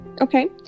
Okay